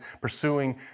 pursuing